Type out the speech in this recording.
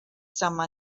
some